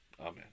Amen